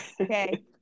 Okay